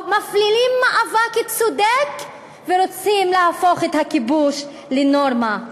או מפעילים מאבק צודק ולא רוצים להפוך את הכיבוש לנורמה.